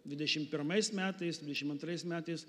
dvidešim pirmais metais antrais metais